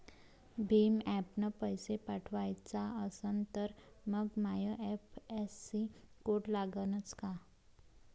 भीम ॲपनं पैसे पाठवायचा असन तर मंग आय.एफ.एस.सी कोड लागनच काय?